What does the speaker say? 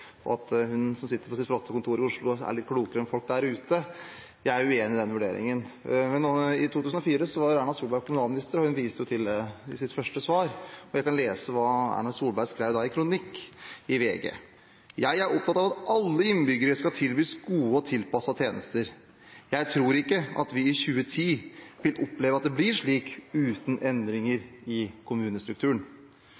og at hun som sitter på sitt flotte kontor i Oslo, er litt klokere enn folk der ute. Jeg er uenig i den vurderingen. I 2004 var Erna Solberg kommunalminister, og hun viste jo til det i sitt første svar. Jeg kan lese hva Erna Solberg skrev i en kronikk i VG. «Jeg er opptatt av at alle innbyggere skal tilbys gode og tilpassede tjenester. Jeg tror ikke at vi i 2010 vil oppleve at det blir slik uten endringer